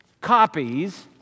copies